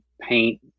paint